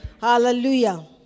Hallelujah